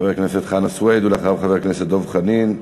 חבר הכנסת חנא סוייד, אחריו, חבר הכנסת דב חנין,